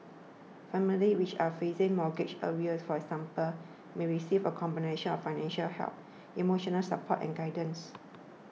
families which are facing mortgage arrears for example may receive a combination of financial help emotional support and guidance